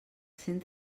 cent